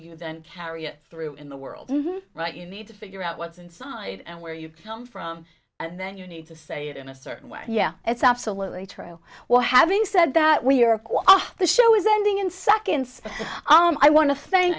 you then carry it through in the world right you need to figure out what's inside and where you come from and then you need to say it in a certain way yeah it's absolutely true well having said that we are off the show is ending in seconds i want to